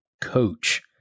coach